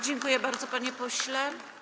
Dziękuję bardzo, panie pośle.